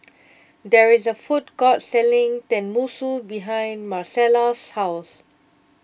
there is a food court selling Tenmusu behind Marcela's house